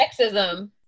sexism